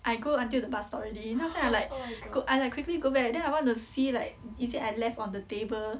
I go until the bus stop already you know after that then I like I like quickly go back then I want to see like is it I left on the table